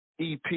EP